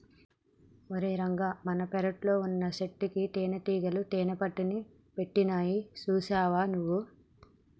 ఓరై రంగ మన పెరట్లో వున్నచెట్టుకి తేనటీగలు తేనెపట్టుని పెట్టినాయి సూసావా నువ్వు